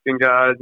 guys